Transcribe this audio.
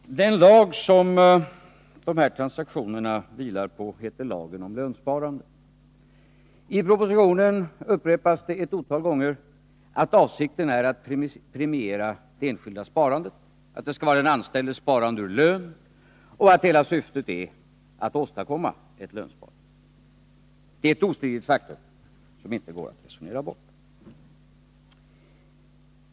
Herr talman! Den lag som de här transaktionerna vilar på heter lagen om lönsparande. I propositionen upprepas ett otal gånger att avsikten är att premiera det enskilda sparandet, att det skall vara den anställdes sparande ur lön och att hela syftet är att åstadkomma ett lönsparande. Det är ett ostridigt faktum, som inte går att resonera bort.